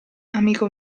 amico